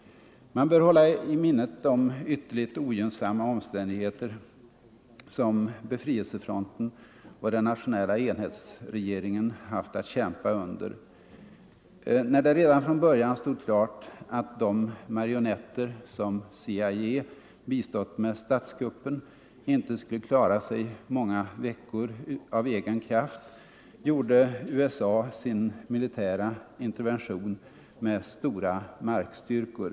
Man bör hålla i minnet de ytterligt ogynnsamma omständigheter som befrielsefronten och den nationella enhetsregeringen haft att kämpa un der. När det redan från början stod klart att de marionetter som CIA Nr 129 bistått med statskuppen inte skulle klara sig många veckor av egen kraft, Onsdagen den gjorde USA sin militära intervention med stora markstyrkor.